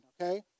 okay